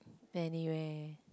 many where